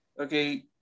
okay